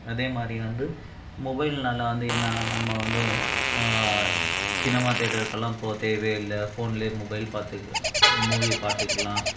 அதேமாதிரி வந்து மொபைல்னாலே வந்து என்ன நம்ம வந்து சினிமா தேட்டர்க்கலாம் போ தேவையே இல்லை ஃபோன்ல மொபைல் பார்த்துக்க மூவி பார்த்துக்கலாம்